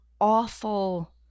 awful